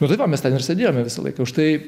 nu tai va mes ten ir sėdėjome visą laiką už tai